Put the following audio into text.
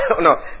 no